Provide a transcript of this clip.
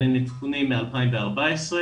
אלה נתונים מ-2014,